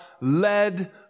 led